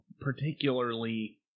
particularly